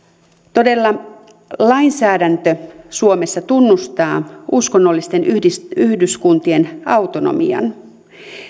todella lainsäädäntö suomessa tunnustaa uskonnollisten yhdyskuntien autonomian